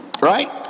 Right